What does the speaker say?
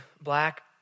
black